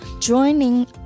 Joining